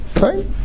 right